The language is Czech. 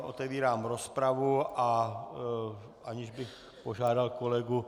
Otevírám rozpravu, a aniž bych požádal kolegu...